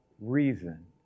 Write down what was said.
reason